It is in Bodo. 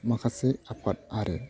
माखासे आफाद आरो